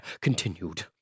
continued